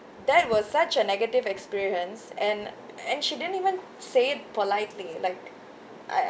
that was such a negative experience and and she didn't even say politely like I